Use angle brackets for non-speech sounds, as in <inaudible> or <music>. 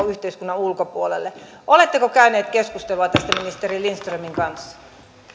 <unintelligible> yhteiskunnan ulkopuolelle oletteko käynyt keskustelua tästä ministeri lindströmin kanssa